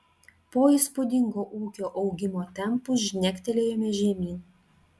po įspūdingo ūkio augimo tempų žnektelėjome žemyn